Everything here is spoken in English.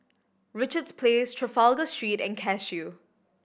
Richards Place Trafalgar Street and Cashew